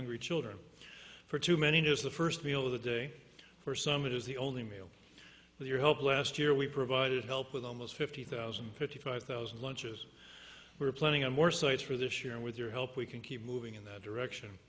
hungry children for too many years the first meal of the day for some it is the only meal with your help last year we provided help with almost fifty thousand fifty five thousand lunches for planning and more sites for this year and with your help we can keep moving in that direction